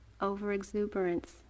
over-exuberance